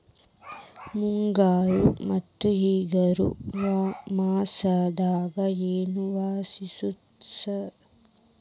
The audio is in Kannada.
ಮುಂಗಾರು ಮತ್ತ ಹಿಂಗಾರು ಮಾಸದಾಗ ಏನ್ ವ್ಯತ್ಯಾಸ?